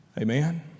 Amen